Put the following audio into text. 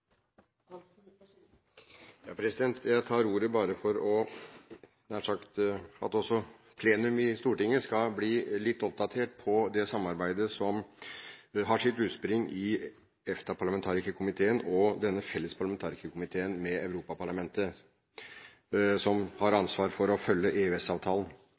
Jeg tar ordet for at plenum i Stortinget skal bli litt oppdatert på det samarbeidet som har sitt utspring i EFTA-parlamentarikerkomiteen og Den felles EØS-parlamentarikerkomiteen med Europaparlamentet, som har ansvar for å følge